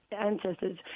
ancestors